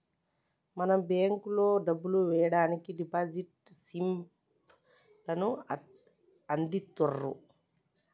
మనం బేంకులో డబ్బులు ఎయ్యడానికి డిపాజిట్ స్లిప్ లను అందిత్తుర్రు